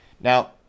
Now